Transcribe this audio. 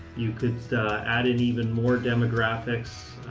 you could add in even more demographics.